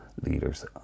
leaders